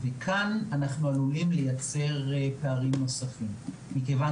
כאן אנחנו עלולים לייצר פערים נוספים מכיוון